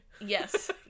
yes